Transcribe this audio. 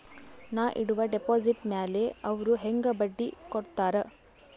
ನಾ ಇಡುವ ಡೆಪಾಜಿಟ್ ಮ್ಯಾಲ ಅವ್ರು ಹೆಂಗ ಬಡ್ಡಿ ಕೊಡುತ್ತಾರ?